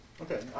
Okay